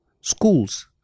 schools